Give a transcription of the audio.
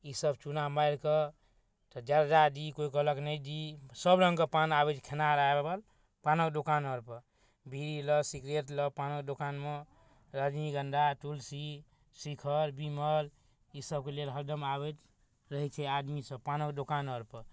ईसब चूना मारिकऽ तऽ जर्दा दी कोइ कहलक नहि दी सबरङ्गके पान आबै छै खेनिहार आओल पानके दोकान आओरपर बीड़ीलए सिगरेटलए पानके दोकानमे रजनीगन्धा तुलसी शिखर बिमल ई सबके लेल हरदम आबैत रहै छै आदमीसब पानके दोकान आओरपर